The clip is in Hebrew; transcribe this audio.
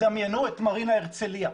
דמיינו את מרינה הרצליה.